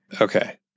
Okay